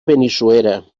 benissuera